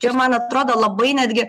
ir man atrodo labai netgi